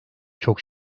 çok